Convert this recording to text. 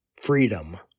freedom